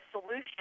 solution